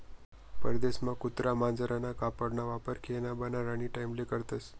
परदेसमा कुत्रा मांजरना कातडाना वापर खेयना बनाडानी टाईमले करतस